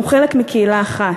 אנחנו חלק מקהילה אחת.